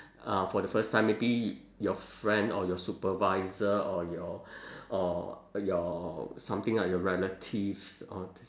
uh for the first time maybe your friend or your supervisor or your or your something like your relatives all this